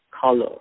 color